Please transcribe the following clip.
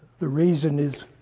the reason is